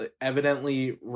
evidently